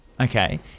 Okay